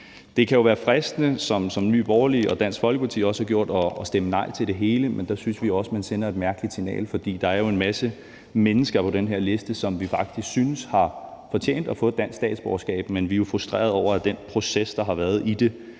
Det kan jo være fristende, som Nye Borgerlige og Dansk Folkeparti også har gjort, at stemme nej til det hele, men der synes vi, at man sender et mærkeligt signal, for der er jo en masse mennesker på den her liste, som vi faktisk synes har fortjent at få et dansk statsborgerskab. Men vi er frustrerede over, at den proces, der har været i